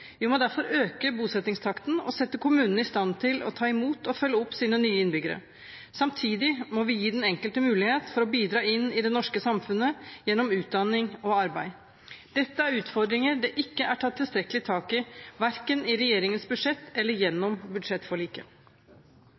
Vi må derfor øke bosettingstakten og sette kommunene i stand til å ta imot og følge opp sine nye innbyggere. Samtidig må vi gi den enkelte mulighet til å bidra i det norske samfunnet gjennom utdanning og arbeid. Dette er utfordringer det ikke er tatt tilstrekkelig tak i, verken i regjeringens budsjett eller gjennom budsjettforliket.